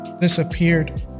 disappeared